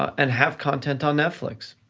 and have content on netflix.